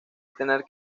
tener